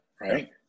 right